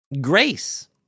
Grace